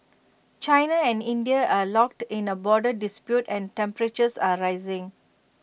China and India are locked in A border dispute and temperatures are rising